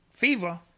Fever